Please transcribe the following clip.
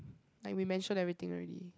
like we mentioned everything already